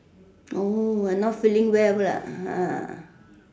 oh not feeling well lah ha